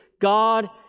God